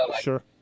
sure